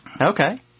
Okay